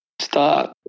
Start